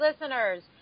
listeners